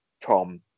Tom